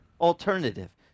alternative